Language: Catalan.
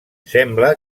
sembla